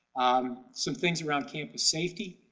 um some things around campus safety.